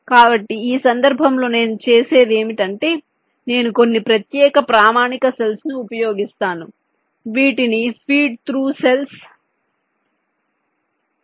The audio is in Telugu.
కాబట్టి ఈ సందర్భంలో నేను చేసేది ఏమిటంటే నేను కొన్ని ప్రత్యేక ప్రామాణిక సెల్స్ ను ఉపయోగిస్తాను వీటిని ఫీడ్ త్రూ సెల్స్ అంటారు